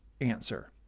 answer